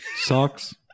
socks